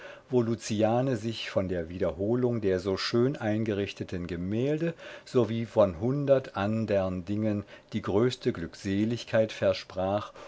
luciane sich von der wiederholung der so schön eingerichteten gemälde sowie von hundert andern dingen die größte glückseligkeitversprach